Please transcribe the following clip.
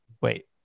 Wait